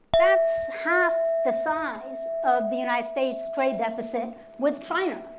that's half the size of the united states' trade deficit with china.